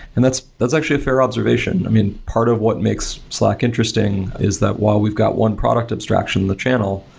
and that's that's actually a fair observation. i mean, part of what makes slack interesting is that while we've got one product abstraction in the channel,